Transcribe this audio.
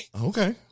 Okay